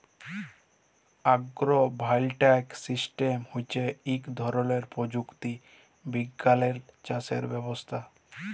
আগ্র voltaic system হচ্যে ইক ধরলের প্রযুক্তি বিজ্ঞালের চাসের ব্যবস্থা